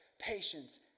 patience